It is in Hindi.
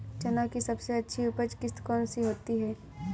चना की सबसे अच्छी उपज किश्त कौन सी होती है?